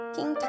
King